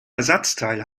ersatzteil